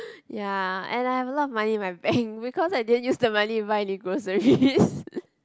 ya and I have a lot of money in my bank because I didn't use the money to buy any groceries